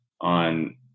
on